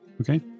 Okay